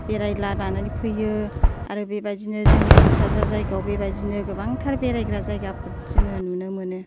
बेरायलानानै फैयो आरो बेबादिनो जोंनि क'क्राझार जायगायाव बेबादिनो गोबांथार बेरायग्रा जायगाफोर जोङो नुनो मोनो